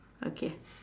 okay